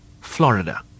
Florida